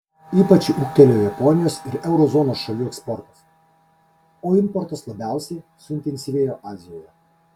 ypač ūgtelėjo japonijos ir euro zonos šalių eksportas o importas labiausiai suintensyvėjo azijoje